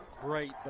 great